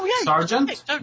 Sergeant